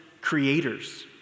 creators